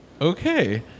okay